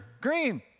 Green